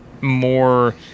more